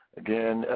again